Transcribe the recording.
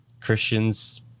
Christians